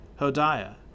Hodiah